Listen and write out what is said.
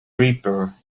reaper